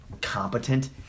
competent